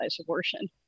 abortion